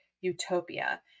utopia